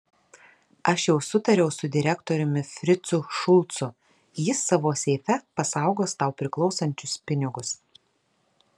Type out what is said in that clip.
aš jau sutariau su direktoriumi fricu šulcu jis savo seife pasaugos tau priklausančius pinigus